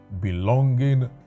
belonging